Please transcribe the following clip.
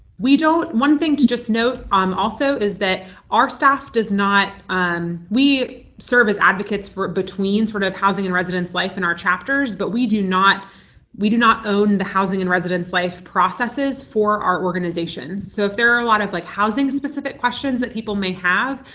we don't one thing to just note um also is that our staff does not um we serve as advocates for between sort of housing and residence life in our chapters, but we do not we do not own the housing and residence life processes for our organizations. so if there are a lot of like housing-specific questions that people may have,